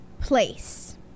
place